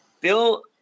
Bill